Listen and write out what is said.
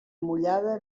mullada